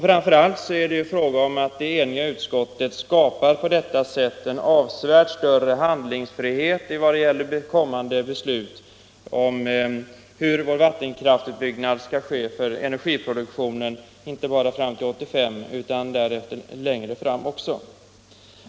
Framför allt skapar det eniga utskottet på detta sätt större handlingsfrihet beträffande kommande beslut om hur vår vattenkraftsutbyggnad skall ske för energiproduktionen, inte bara fram till 1985 utan också för tiden därefter.